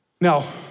Now